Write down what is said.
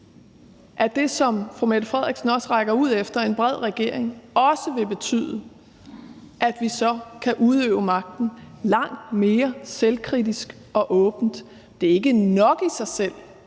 at det, som statsministeren også rækker ud efter – en bred regering – også vil betyde, at vi så kan udøve magten langt mere selvkritisk og åbent. Det er ikke nok i sig selv,